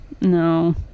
No